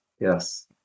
yes